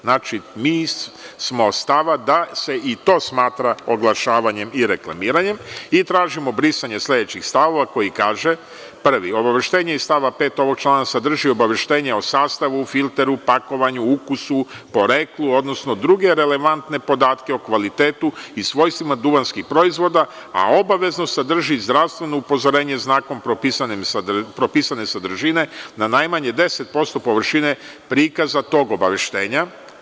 Znači, mi smo stava da se i to smatra oglašavanjem i reklamiranjem i tražimo brisanje sledećih stavova koji kaže – prvi, obaveštenje iz stava 5. ovog člana sadrži obaveštenje o sastavu, filteru, pakovanju, ukusu, poreklu, odnosno druge relevantne podatke o kvalitetu i svojstvima duvanskih proizvoda, a obavezno sadrži zdravstveno upozorenje znakom propisane sadržine na najmanje 10% površine prikaza tog obaveštenja.